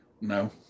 no